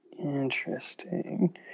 Interesting